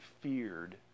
feared